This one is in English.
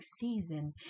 season